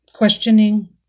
Questioning